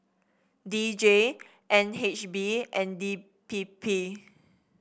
D J N H B and D P P